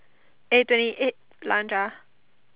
eh twenty eight lunch ah